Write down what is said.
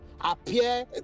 appear